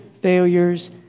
failures